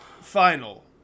final